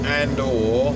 and/or